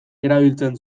erabiltzen